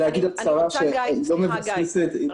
זה להגיד הצהרה שהיא לא מבוססת על עובדות --- סליחה,